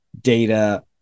data